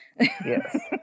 Yes